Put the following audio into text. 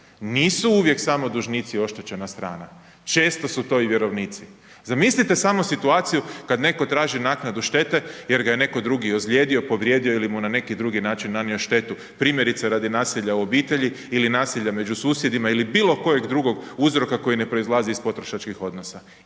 nisu uvijek samo dužnici oštećena strana, često su to i vjerovnici. Zamislite samo situaciju kad netko traži naknadu štete jer ga je netko drugi ozlijedio, povrijedio ili mu na neki drugi način nanio štetu, primjerice, radi nasilja u obitelji ili nasilja među susjedima ili bilokojeg drugog uzroka koji je ne proizlazi iz potrošačkih odnosa,